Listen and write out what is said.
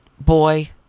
boy